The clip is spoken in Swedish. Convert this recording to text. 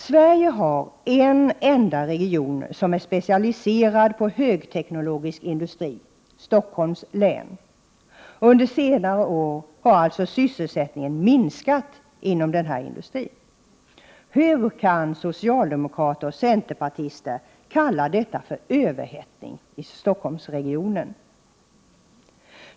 + Sverige har en enda region som är specialiserad på högteknologisk industri — Stockholms län. Under senare år har sysselsättningen minskat inom denna industri. Hur kan socialdemokrater och centerpartister kalla detta överhettning i Stockholmsregionen?